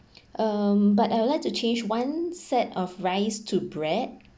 um but I will like to change one set of rice to bread